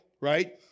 right